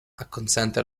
acconsente